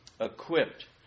equipped